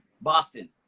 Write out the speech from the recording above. Boston